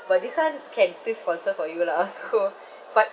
but this [one] can still sponsor for you lah so but